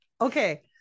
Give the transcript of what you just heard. Okay